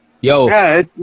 Yo